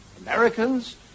Americans